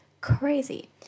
crazy